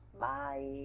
Bye